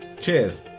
cheers